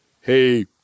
hey